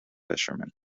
fisherman